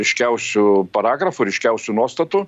ryškiausių paragrafų ryškiausių nuostatų